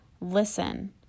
Listen